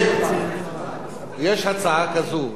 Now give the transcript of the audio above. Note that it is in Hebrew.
הצעה כזאת,